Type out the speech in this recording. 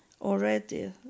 already